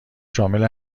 شامل